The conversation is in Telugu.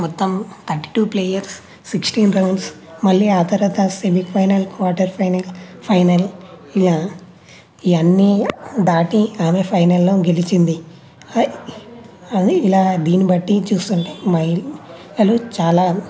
మొత్తం thirty two players sixteen rounds మళ్లీ ఆ తర్వాత సెమీఫైనల్స్ క్వార్టర్ ఫైనల్ ఫైనల్ ఇలా ఈ అన్ని దాటి ఆమె ఫైనల్లో గెలిచింది అది ఇలా దీన్ని బట్టి చూస్తుంటే మహిళలు చాలా